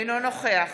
אינו נוכח